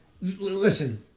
listen